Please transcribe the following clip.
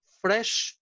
Fresh